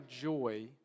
joy